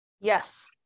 yes